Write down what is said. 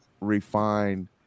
refine